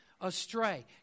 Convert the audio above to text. astray